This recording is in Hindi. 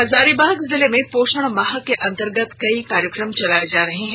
हजारीबाग जिले में पोषण माह के अन्तर्गत कई कार्यक्रम चलाये जा रहे हैं